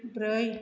ब्रै